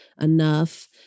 enough